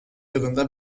yılında